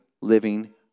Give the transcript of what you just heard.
living